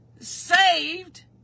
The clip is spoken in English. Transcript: saved